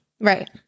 Right